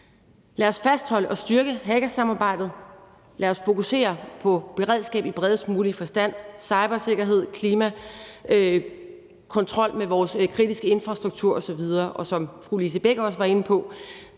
Lad os fastholde og styrke Hagasamarbejdet, lad os fokusere på beredskab i bredest mulige forstand, også i forhold til cybersikkerhed, klima, kontrol med vores kritiske infrastruktur osv., og, som fru Lise Bech også var inde på,